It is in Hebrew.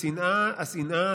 השנאה,